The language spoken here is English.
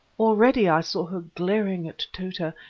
already i saw her glaring at tota,